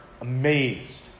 amazed